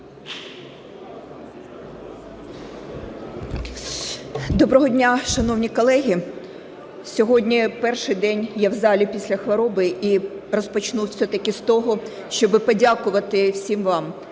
Доброго дня, шановні колеги! Сьогодні перший день я в залі після хвороби і розпочну все ж таки з того, щоб подякувати всім вам